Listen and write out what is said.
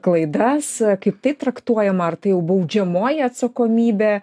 klaidas kaip tai traktuojama ar tai jau baudžiamoji atsakomybė